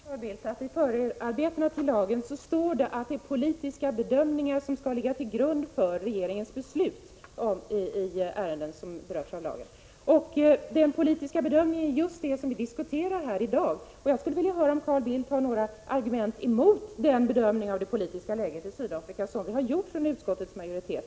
Fru talman! I förarbetena till lagen står det mycket tydligt, Carl Bildt, att det är politiska bedömningar som skall ligga till grund för regeringens beslut i ärenden som berörs av lagen. Och det är just den politiska bedömningen som vi diskuterar här i dag. Jag skulle vilja höra om Carl Bildt har några argument emot den bedömning av det politiska läget i Sydafrika som utskottet har gjort.